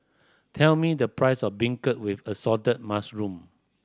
tell me the price of beancurd with assorted mushroom